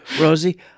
rosie